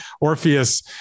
Orpheus